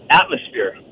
atmosphere